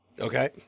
Okay